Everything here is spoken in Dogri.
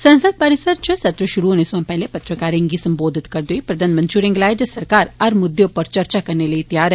संसद परिसरइच सत्र शुरू होने सोया पैहले पत्रकारें गी संबोधित करदे होई प्रधानमंत्री होरें गलाया जे सरकार हर मुद्दे उप्पर चर्चा करने लेई तैयार ऐ